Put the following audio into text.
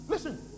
Listen